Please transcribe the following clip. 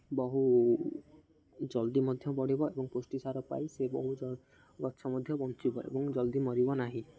ବହୁ ଜଲ୍ଦି ମଧ୍ୟ ବଢ଼ିବ ଏବଂ ପୁଷ୍ଟିସାର ପାଇ ସେ ବହୁ ଗଛ ମଧ୍ୟ ବଞ୍ଚିବ ଏବଂ ଜଲ୍ଦି ମରିବ ନାହିଁ